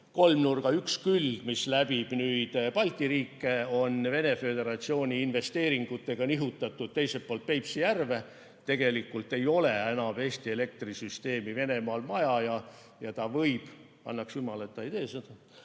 kolmnurga üks külg, mis läbib Balti riike, nihutatud Venemaa Föderatsiooni investeeringutega teisele poole Peipsi järve. Tegelikult ei ole enam Eesti elektrisüsteemi Venemaal vaja ja ta võib – annaks jumal, et ta ei tee seda